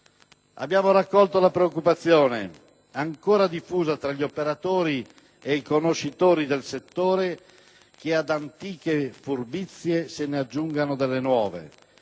Abbiamo raccolto la preoccupazione, ancora diffusa tra gli operatori e i conoscitori del settore, che ad antiche furbizie se ne aggiungano delle nuove